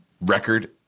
record